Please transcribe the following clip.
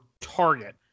target